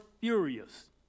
furious